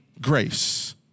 grace